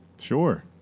Sure